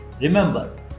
Remember